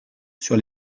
sur